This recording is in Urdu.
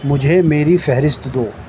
مجھے میری فہرست دو